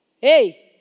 Hey